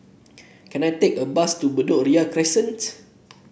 can I take a bus to Bedok Ria Crescent